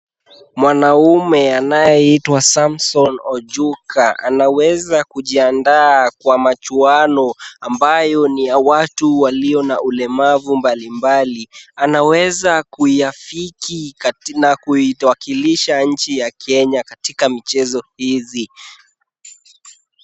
Mwanaume anayeitwa Samson Ojuka anaweza kujiandaa kwa machuano ambayo ni ya watu walio na ulemavu mbalimbali. Anaweza kuyafiki na kuiwakilisha nchi ya Kenya katika michezo hizi.